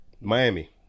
Miami